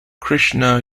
krishna